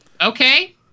Okay